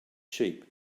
sheep